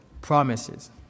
promises